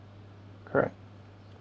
correct